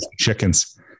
chickens